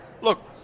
look